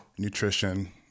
nutrition